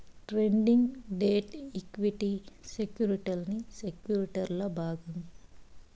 trading, debt, equity సెక్యుర్టీలన్నీ సెక్యుర్టీల్ల భాగం